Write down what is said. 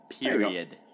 Period